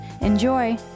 Enjoy